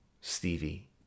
Stevie